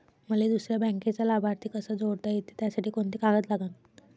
मले दुसऱ्या बँकेचा लाभार्थी कसा जोडता येते, त्यासाठी कोंते कागद लागन?